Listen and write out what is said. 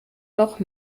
noch